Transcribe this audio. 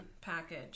package